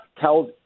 tells